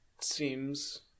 seems